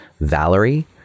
Valerie